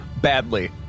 Badly